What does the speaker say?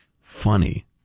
funny